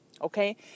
okay